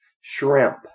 Shrimp